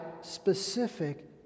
specific